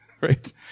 right